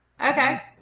Okay